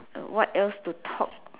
what else to talk